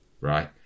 right